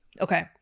Okay